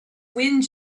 wind